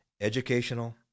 educational